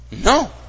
No